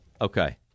Okay